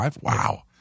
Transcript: wow